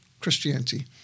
Christianity